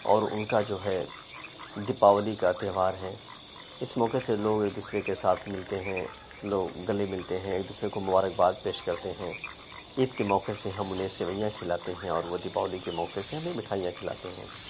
اور اُن کا جو ہے دیپاولی کا تہوار ہے اِس موقع سے لوگ ایک دوسرے کے ساتھ ملتے ہیں لوگ گلے ملتے ہیں ایک دوسرے کو مبارک باد پیش کرتے ہیں عید کے موقع سے ہم اُنہیں سیوئیاں کھلاتے ہیں اور وہ دیپاولی کے موقع سے ہمیں مٹھائیاں کھلاتے ہیں